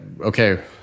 okay